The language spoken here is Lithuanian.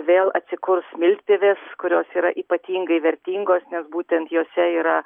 vėl atsikurs smiltpievės kurios yra ypatingai vertingos nes būtent jose yra